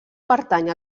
pertany